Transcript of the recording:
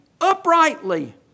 uprightly